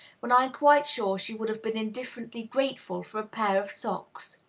when i am quite sure she would have been indifferently grateful for a pair of socks.